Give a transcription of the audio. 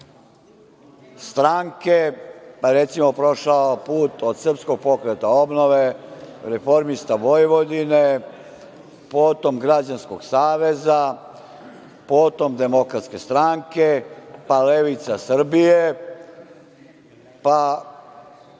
stranke, recimo prošao put od Srpskog pokreta obnove, Reformista Vojvodine, potom Građanskog saveza, potom, Demokratske stranke, pa Levica Srbije, pa